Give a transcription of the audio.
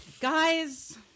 Guys